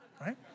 right